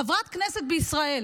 חברת כנסת בישראל